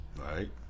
right